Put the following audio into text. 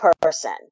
person